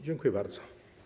Dziękuję bardzo.